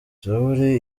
zaburi